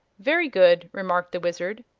very good, remarked the wizard.